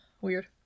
Weird